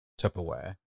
Tupperware